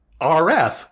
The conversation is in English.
RF